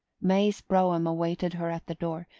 may's brougham awaited her at the door,